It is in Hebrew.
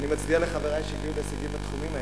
ואני מצדיע לחברי שהגיעו להישגים בתחומים האלה.